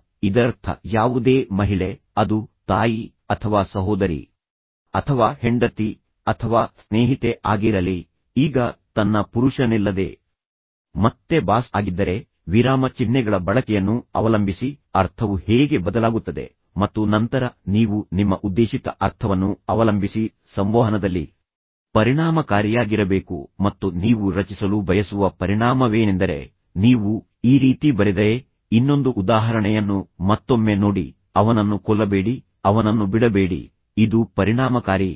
ಆದ್ದರಿಂದ ಇದರರ್ಥ ಯಾವುದೇ ಮಹಿಳೆ ಅದು ತಾಯಿ ಅಥವಾ ಸಹೋದರಿ ಅಥವಾ ಹೆಂಡತಿ ಅಥವಾ ಸ್ನೇಹಿತೆ ಆಗಿರಲಿ ಈಗ ತನ್ನ ಪುರುಷನಿಲ್ಲದೆ ಮತ್ತೆ ಬಾಸ್ ಆಗಿದ್ದರೆ ವಿರಾಮ ಚಿಹ್ನೆಗಳ ಬಳಕೆಯನ್ನು ಅವಲಂಬಿಸಿ ಅರ್ಥವು ಹೇಗೆ ಬದಲಾಗುತ್ತದೆ ಮತ್ತು ನಂತರ ನೀವು ನಿಮ್ಮ ಉದ್ದೇಶಿತ ಅರ್ಥವನ್ನು ಅವಲಂಬಿಸಿ ಸಂವಹನದಲ್ಲಿ ಪರಿಣಾಮಕಾರಿಯಾಗಿರಬೇಕು ಮತ್ತು ನೀವು ರಚಿಸಲು ಬಯಸುವ ಪರಿಣಾಮವೇನೆಂದರೆ ನೀವು ಈ ರೀತಿ ಬರೆದರೆ ಇನ್ನೊಂದು ಉದಾಹರಣೆಯನ್ನು ಮತ್ತೊಮ್ಮೆ ನೋಡಿ ಅವನನ್ನು ಕೊಲ್ಲಬೇಡಿ ಅವನನ್ನು ಬಿಡಬೇಡಿ ಇದು ಪರಿಣಾಮಕಾರಿ